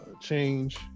change